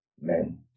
men